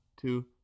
two